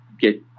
get